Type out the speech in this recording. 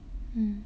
mm